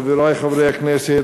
חברי חברי הכנסת,